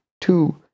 Two